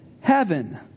heaven